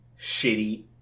shitty